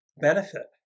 benefit